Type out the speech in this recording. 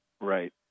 Right